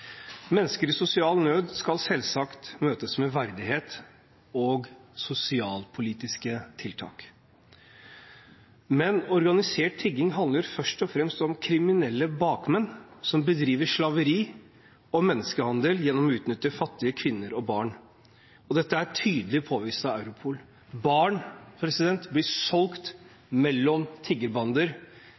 Mennesker i sosial nød skal selvsagt møtes med verdighet og sosialpolitiske tiltak. Men organisert tigging handler først og fremst om kriminelle bakmenn som bedriver slaveri og menneskehandel gjennom å utnytte fattige kvinner og barn. Dette er tydelig påvist av Europol. Barn blir solgt tiggerbander